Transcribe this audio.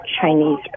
Chinese